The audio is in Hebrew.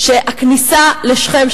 שהכניסה לשכם,